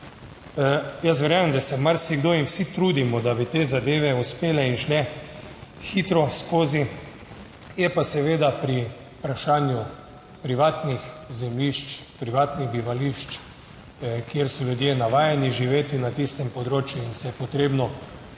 Jaz verjamem, da se marsikdo in vsi trudimo, da bi te zadeve uspele in šle hitro skozi, je pa seveda pri vprašanju privatnih zemljišč, privatnih bivališč, kjer so ljudje navajeni živeti na tistem področju in se je potrebno